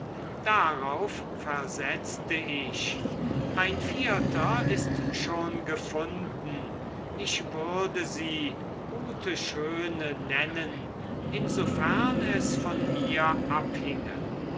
darauf versetzte ich ein vierter ist schon gefunden ich würde sie gute schöne nennen insofern es von mir abhinge